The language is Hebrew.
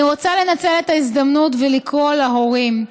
אני רוצה לנצל את ההזדמנות ולקרוא להורים: